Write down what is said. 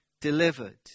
delivered